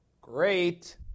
Great